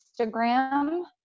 Instagram